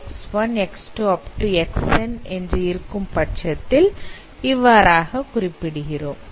XN இன்று இருக்கும் பட்சத்தில் இவ்வாறாக குறிப்பிடுகிறோம்